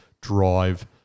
drive